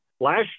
Last